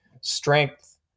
strength